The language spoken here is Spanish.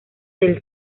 del